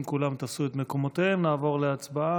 אם כולם תפסו את מקומותיהם נעבור להצבעה.